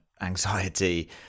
anxiety